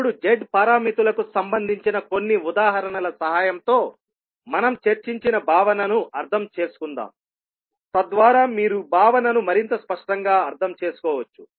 ఇప్పుడు Z పారామితులకు సంబంధించిన కొన్ని ఉదాహరణల సహాయంతో మనం చర్చించిన భావనను అర్థం చేసుకుందాం తద్వారా మీరు భావనను మరింత స్పష్టంగా అర్థం చేసుకోవచ్చు